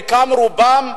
רובו,